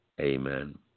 Amen